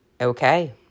Okay